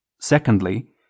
secondly